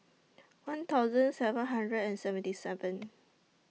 one thousand seven hundred and seventy seven